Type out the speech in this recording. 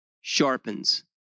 sharpens